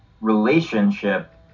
relationship